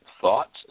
thoughts